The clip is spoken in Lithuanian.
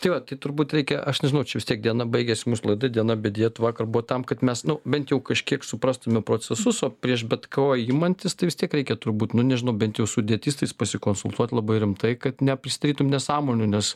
tai va tai turbūt reikia aš nežinau čia vis tiek diena baigėsi mūsų laida diena be dietų vakar buvo tam kad mes nu bent jau kažkiek suprastumėm procesus o prieš bet ko imantis tai vis tik reikia turbūt nu nežinau bent jau su dietistais pasikonsultuot labai rimtai kad neprisidarytum nesąmonių nes